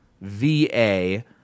VA –